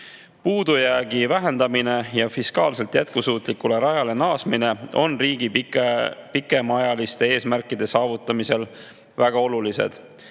Puudujäägi vähendamine ja fiskaalselt jätkusuutlikule rajale naasmine on riigi pikemaajaliste eesmärkide saavutamisel väga oluline.